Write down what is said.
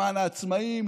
למען העצמאים,